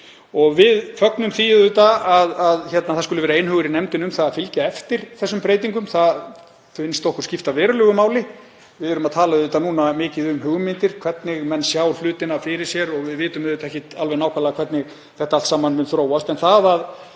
Við fögnum því að það skuli vera einhugur í nefndinni um að fylgja eftir þessum breytingum. Það finnst okkur skipta verulegu máli. Við erum að tala mikið núna um hugmyndir, hvernig menn sjá hlutina fyrir sér, og við vitum ekki alveg nákvæmlega hvernig þetta allt saman mun þróast. En það að